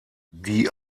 die